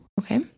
Okay